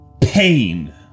pain